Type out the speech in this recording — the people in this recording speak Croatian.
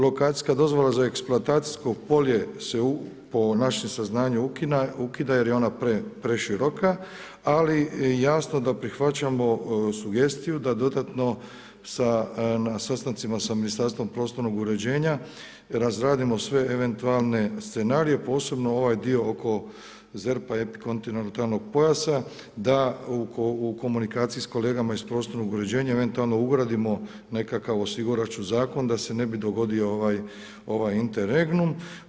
Lokacijska dozvola za eksploatacijsko polje se po našim saznanjima ukida jer je ona preširoka, ali jasno da prihvaćamo sugestiju da dodatno na sastancima sa Ministarstvom prostornog uređenja razradimo sve eventualne scenarije posebno ovaj dio oko ZERP-a epikontinentalnog pojasa da u komunikaciji s kolegama iz prostornog uređenja eventualno ugradimo nekakav osigurač u zakon da se ne bi dogodio ovaj inter egnum.